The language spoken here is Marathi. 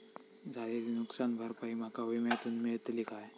झालेली नुकसान भरपाई माका विम्यातून मेळतली काय?